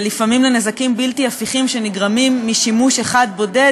לפעמים נזקים בלתי הפיכים שנגרמים משימוש אחד בודד,